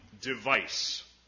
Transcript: device